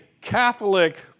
Catholic